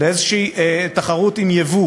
לאיזושהי תחרות מול יבוא